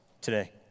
today